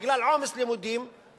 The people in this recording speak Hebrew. בגלל עומס לימודים,